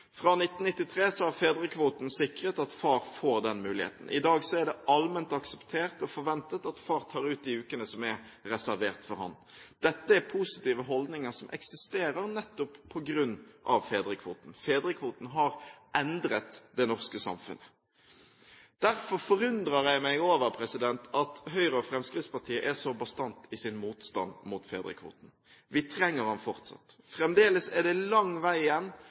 Fra 1993 har fedrekvoten sikret at far får den muligheten. I dag er et allment akseptert og forventet at far tar ut de ukene som er reservert for ham. Dette er positive holdninger som eksisterer nettopp på grunn av fedrekvoten. Fedrekvoten har endret det norske samfunnet. Derfor forundrer jeg meg over at Høyre og Fremskrittspartiet er så bastant i sin motstand mot fedrekvoten. Vi trenger den fortsatt. Fremdeles er det lang vei igjen